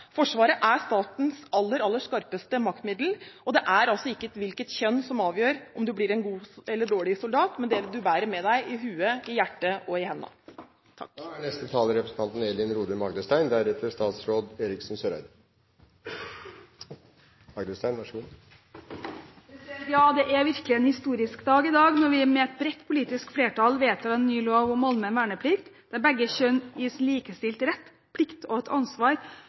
Forsvaret er statens aller, aller skarpeste maktmiddel, og det er ikke hvilket kjønn man har som avgjør om man blir en god eller en dårlig soldat, men det man bærer med seg i hodet, i hjertet og i hendene. Det er virkelig en historisk dag i dag når vi med et bredt politisk flertall vedtar en ny lov om allmenn verneplikt der begge kjønn gis likestilt rett, plikt og ansvar